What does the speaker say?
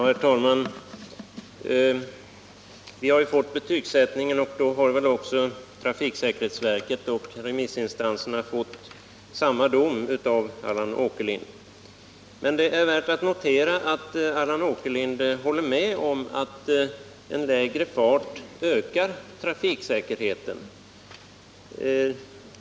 Herr talman! Vi har fått betyg av Allan Åkerlind, och trafiksäkerhetsverket och remissinstanserna har väl också fått samma dom. Det är emellertid värt att notera att Allan Åkerlind håller med om att en lägre fart ökar trafiksäkerheten.